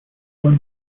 was